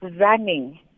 running